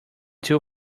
two